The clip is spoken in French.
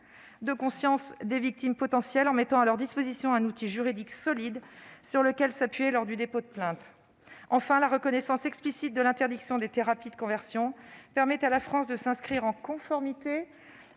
de conscience des victimes potentielles, en mettant à leur disposition un outil juridique solide sur lequel s'appuyer lors du dépôt de plainte. Enfin, la reconnaissance explicite de l'interdiction des thérapies de conversion permet à la France de s'inscrire en conformité